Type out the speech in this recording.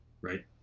right